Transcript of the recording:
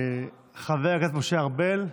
חבר הכנסת משה ארבל,